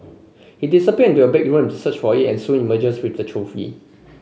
he disappear to a bedroom to search for it and soon emerges with the trophy